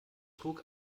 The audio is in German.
trug